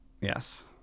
Yes